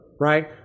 right